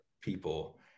people